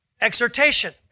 Exhortation